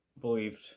believed